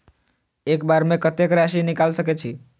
एक बार में कतेक राशि निकाल सकेछी?